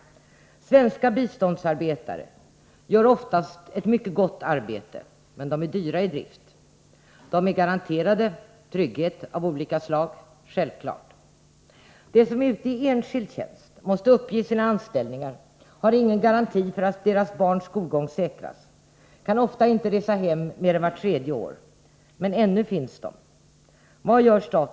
Svenska biståndsarbetare gör oftast ett mycket gott arbete, men de är dyra i drift. De är garanterade trygghet av olika slag, självklart. De som är ute i enskild tjänst måste uppge sina anställningar, har ingen garanti för att deras barns skolgång säkras, kan ofta inte resa hem mer än vart tredje år — men ännu finns de.